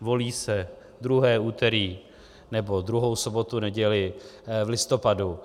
Volí se druhé úterý, nebo druhou sobotu, neděli, v listopadu.